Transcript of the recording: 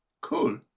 cool